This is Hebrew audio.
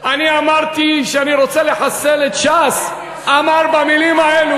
אני זוכר את הסיורים שלי, והזהרנו אתכם, ואמרנו,